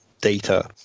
data